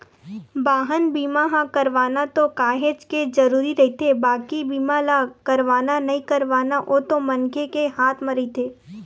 बाहन बीमा ह करवाना तो काहेच के जरुरी रहिथे बाकी बीमा ल करवाना नइ करवाना ओ तो मनखे के हात म रहिथे